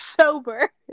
sober